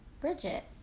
Bridget